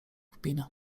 kpin